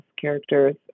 characters